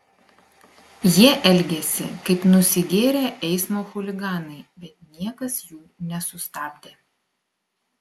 jie elgėsi kaip nusigėrę eismo chuliganai bet niekas jų nesustabdė